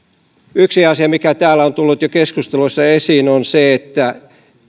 yksi asia mikä täällä on jo tullut keskusteluissa esiin on se että